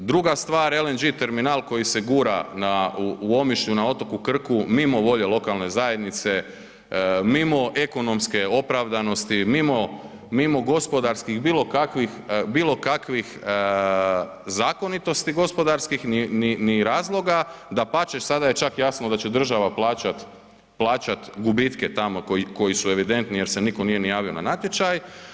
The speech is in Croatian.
Druga stvar, LNG terminal koji se gura u Omišlju na otoku Krku mimo volje lokalne zajednice, mimo ekonomske opravdanosti, mimo gospodarskih bilo kakvih, bilo kakvih zakonitosti gospodarskih, ni razloga, dapače sada je čak jasno da će država plaćat, plaćat gubitke tamo koji su evidentni jer se nitko nije ni javio na natječaj.